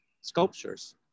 sculptures